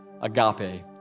Agape